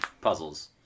puzzles